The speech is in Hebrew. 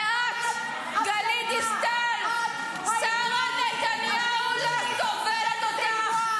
ואת, גלית דיסטל, שרה נתניהו לא סובלת אותך.